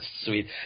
sweet